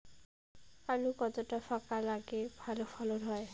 আলু কতটা ফাঁকা লাগে ভালো ফলন হয়?